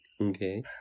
Okay